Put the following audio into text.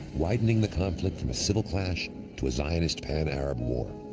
widening the conflict from a civil clash to a zionist pan-arab war.